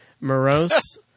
Morose